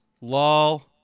Lol